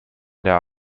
der